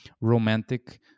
romantic